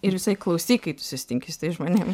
ir visąlaik klausyk kai tu susitinki su tais žmonėm